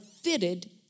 fitted